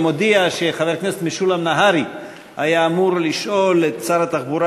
אני מודיע שחבר הכנסת משולם נהרי היה אמור לשאול את שר התחבורה